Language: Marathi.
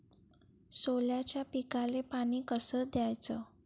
सोल्याच्या पिकाले पानी कस द्याचं?